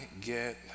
get